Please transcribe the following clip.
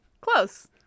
Close